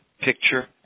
picture